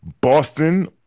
Boston